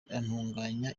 utunganya